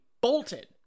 bolted